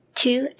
two